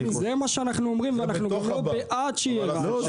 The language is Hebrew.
זה מה שאנחנו אומרים, ואנחנו גם לא בעד שיהיה רעש.